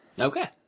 Okay